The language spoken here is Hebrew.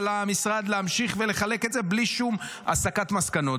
למשרד להמשיך ולחלק את זה בלי שום הסקת מסקנות.